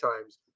times